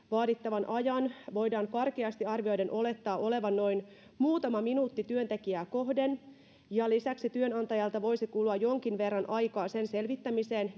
vaadittavan ajan voidaan karkeasti arvioiden olettaa olevan noin muutama minuutti työntekijää kohden ja lisäksi työnantajalta voisi kulua jonkin verran aikaa sen selvittämiseen